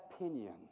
opinion